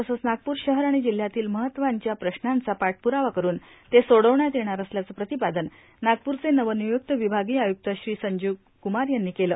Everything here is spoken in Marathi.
तसंच नागपूर शहर आणि जिल्हयातील महत्वांच्या प्रश्नांचा पाठप्ररावा करून ते सोडवण्यात येणार असल्याचं प्रतिपादन नागप्रचे नवनिय्रक्त विभागीय आयुक्त श्री संजीव कुमार यांनी केलं